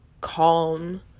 calm